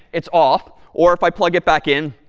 it's off. or if i plug it back in,